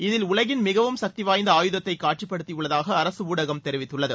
இதில் உலகின் மிகவும் சக்தி வாய்ந்த அயுதத்தை காட்சிப்படுத்தியுள்ளதாக அரசு ஊடகம் தெரிவித்துள்ளது